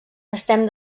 estem